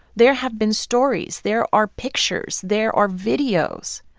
there have been stories. there are pictures. there are videos.